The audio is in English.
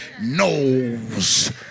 knows